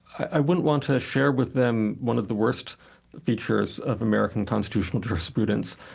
i wouldn't want to share with them one of the worst features of american constitutional jurisprudence.